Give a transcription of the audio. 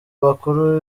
bakuru